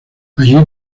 allí